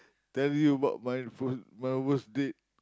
tell you my full my worst date